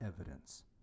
evidence